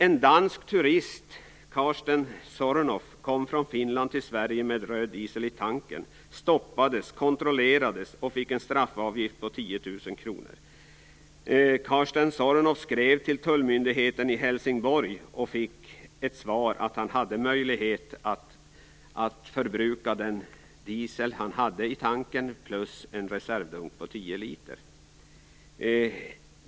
En dansk turist, Karsten Zornow, åkte från Finland till Sverige med röd diesel i tanken. Han stoppades, kontrollerades och fick en straffavgift på 10 000 kr. Karsten Zornow skrev till Tullmyndigheten i Helsingborg och fick svaret att han hade möjlighet att förbruka den diesel som fanns i tanken plus en reservdunk med tio liter.